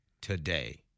today